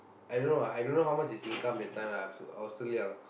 I don't know ah I don't know how much his income that time ah I I was still young